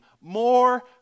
more